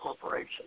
corporation